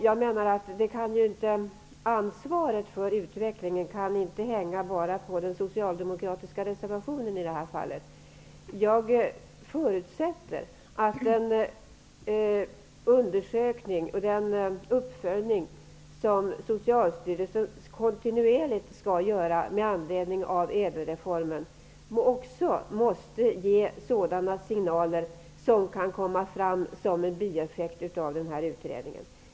Jag menar att ansvaret för utvecklingen inte bara kan hänga på den socialdemokratiska reservationen. Jag förutsätter att den undersökning och uppföljning som Socialstyrelsen kontinuerligt skall göra med anledning av ÄDEL-reformen måste ge sådana signaler som kan komma fram som en bieffekt av den här utredningen.